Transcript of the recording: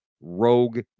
rogue